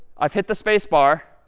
i've hit the space bar